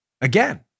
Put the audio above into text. again